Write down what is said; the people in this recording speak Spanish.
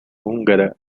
húngara